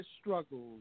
struggles